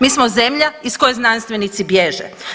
Mi smo zemlja iz koje znanstvenici bježe.